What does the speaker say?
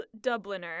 Dubliner